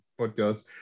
podcast